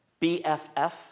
BFF